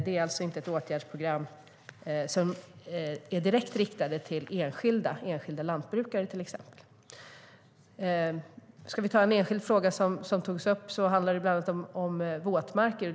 Det är alltså inte åtgärdsprogram som är direkt riktade till enskilda - enskilda lantbrukare, till exempel. En enskild fråga som togs upp handlade bland annat om våtmarker.